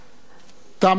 תם סדר-היום,